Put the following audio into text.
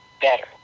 better